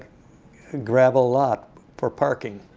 gravel lot for parking.